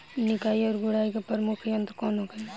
निकाई और गुड़ाई के प्रमुख यंत्र कौन होखे?